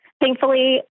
Thankfully